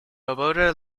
alberta